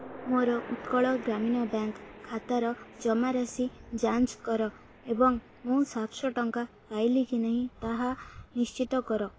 ମୋର ଉତ୍କଳ ଗ୍ରାମୀଣ ବ୍ୟାଙ୍କ ଖାତାର ଜମାରାଶି ଯାଞ୍ଚ କର ଏବଂ ମୁଁ ସାତଶହ ଟଙ୍କା ପାଇଲି କି ନାହିଁ ତାହା ନିଶ୍ଚିତ କର